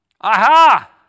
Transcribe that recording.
Aha